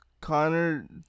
Connor